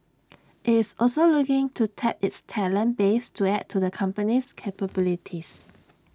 is also looking to tap its talent base to add to the company's capabilities